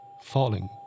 falling